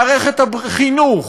מערכת החינוך,